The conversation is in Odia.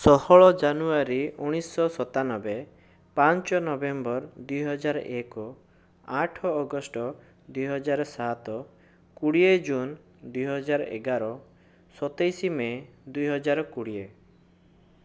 ଷୋହଳ ଜାନୁୟାରୀ ଉଣେଇଶହ ସତାନବେ ପାଞ୍ଚ ନଭେମ୍ବର ଦୁଇ ହଜାର ଏକ ଆଠ ଅଗଷ୍ଟ ଦୁଇ ହଜାର ସାତ କୋଡ଼ିଏ ଜୁନ ଦୁଇ ହଜାର ଏଗାର ସତେଇଶ ମେ' ଦୁଇ ହଜାର କୋଡ଼ିଏ